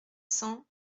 cents